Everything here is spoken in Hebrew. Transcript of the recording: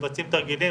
מבצעים תרגילים,